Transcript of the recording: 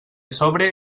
sobre